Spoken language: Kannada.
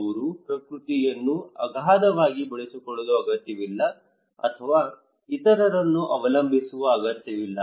ಅವರು ಪ್ರಕೃತಿಯನ್ನು ಅಗಾಧವಾಗಿ ಬಳಸಿಕೊಳ್ಳುವ ಅಗತ್ಯವಿಲ್ಲ ಅಥವಾ ಇತರರನ್ನು ಅವಲಂಬಿಸುವ ಅಗತ್ಯವಿಲ್ಲ